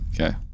Okay